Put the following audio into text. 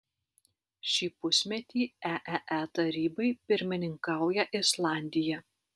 šį pusmetį eee tarybai pirmininkauja islandija